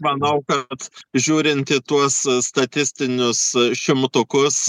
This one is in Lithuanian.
manau kad žiūrint į tuos statistinius šimtukus